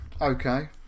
Okay